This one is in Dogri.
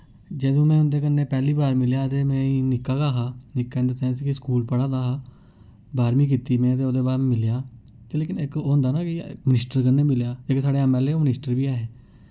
जदूं में उं'दे कन्नै पैह्ली बार मिलेआ ते में निक्का गै हा निक्का इन दा सैंस कि स्कूल पढ़ै दा हा बाह्रमीं कीती में ते ओह्दे बाद मिलेआ च लेकिन इक ओह् होंदा ना कि मिनिस्टर कन्नै मिलेआ जेह्के साढ़े ऐम्मऐल्लए ओह् मिनिस्टर बी है हे